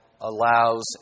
allows